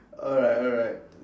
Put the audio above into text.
alright alright